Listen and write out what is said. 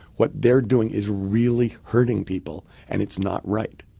what they're doing is really hurting people and it's not right.